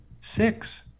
six